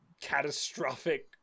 catastrophic